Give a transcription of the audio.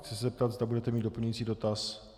Chci se zeptat, zda budete mít doplňující dotaz.